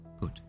Good